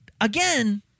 Again